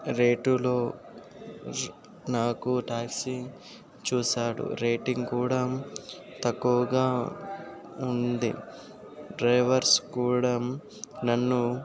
రేటులో నాకు టాక్సీ చూశాడు రేటింగ్ కూడా తక్కువగా ఉంది డ్రైవర్స్ కూడా నన్ను